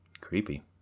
Creepy